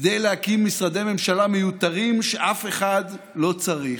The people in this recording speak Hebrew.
כדי להקים משרדי ממשלה מיותרים שאף אחד לא צריך,